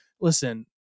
listen